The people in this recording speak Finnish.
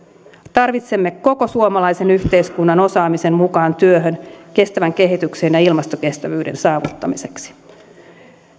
tarvitsemme koko suomalaisen yhteiskunnan osaamisen mukaan työhön kestävän kehityksen ja ilmastokestävyyden saavuttamiseksi